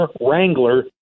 wrangler